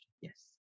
yes